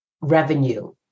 revenue